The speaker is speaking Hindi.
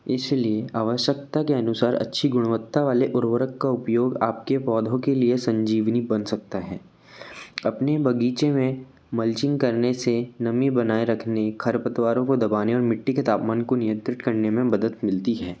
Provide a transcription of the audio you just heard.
इस लिए आवश्यकता के अनुसार अच्छी गुणवत्ता वाले उर्वरक का उपयोग आपके पौधों के लिए संजीवनी बन सकता है अपने बग़ीचे में मल्चिंग करने से नमी बनाए रखने खरपतवारों को दबाने और मिट्टी के तापमान को नियंत्रित करने में मदद मिलती है